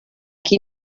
qui